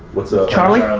what's up charlie?